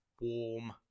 warm